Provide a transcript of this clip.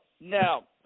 Now